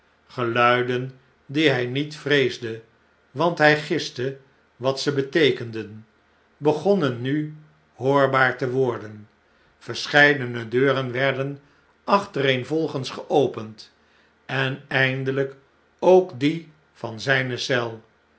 geluiden die hjj niet vreesde want hjj giste wat ze beteekenden begonnen nu hoorbaar te worden verscheidene deuren werden achtereenvolgens geopend en eindelijk ook die van zpe eel